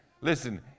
listen